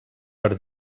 per